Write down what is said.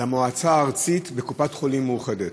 למועצה הארצית בקופת-חולים מאוחדת.